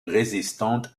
résistante